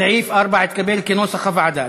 סעיף 4 התקבל כנוסח הוועדה.